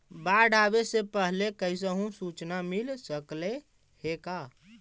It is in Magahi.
बाढ़ आवे से पहले कैसहु सुचना मिल सकले हे का?